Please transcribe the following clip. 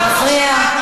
מפריעה.